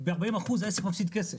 כי ב-40% העסק מפסיד כסף.